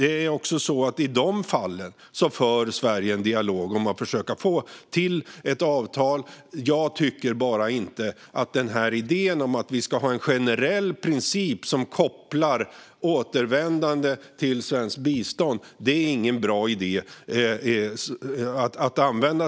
I dessa fall för Sverige en dialog om att försöka få till ett avtal. Jag tycker bara inte att det är en bra idé med en generell princip som kopplar återvändande till svenskt bistånd.